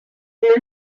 there